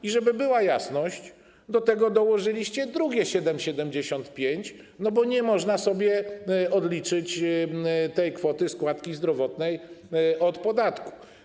I żeby była jasność: do tego dołożyliście drugie 7,75%, bo nie można sobie odliczyć tej kwoty składki zdrowotnej od podatku.